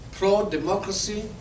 pro-democracy